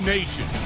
Nation